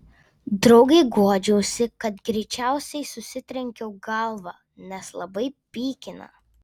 draugei guodžiausi kad greičiausiai susitrenkiau galvą nes labai pykina